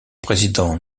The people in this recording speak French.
président